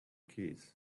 keys